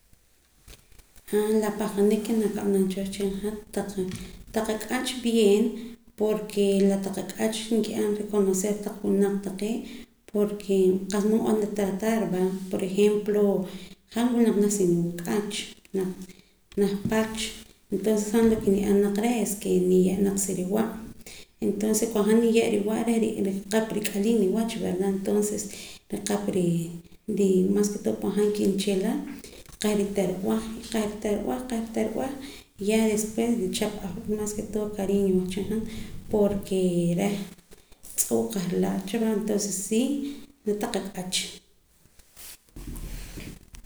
La pahqanik ke nakab'anam cha wehchin hat taq ak'ach bieen porke la taq ak'ach nkib'an reconocer taq winaq taqee' porque qa'sa mood nb'anara tratar va por ejemplo han wula naq janaj sa niwak'aach naj pach entonces han loke ni'an naq reh es ke niye' naq sariwa' entonce cuando han nire' riwa' reh nriqap rat'alii niwach verdad entonces nriqap mas ke todo cuando han kinchila qah riterab'aj qahriterab'aj qahriterab'aj y ya despues nrichap maas ke todo cariño wahchin han porke reh tz'oo' qahrila' cha va entonces si la kotaq ak'ach